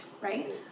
right